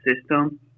system